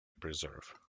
preserve